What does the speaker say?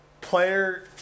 player